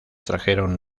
trajeron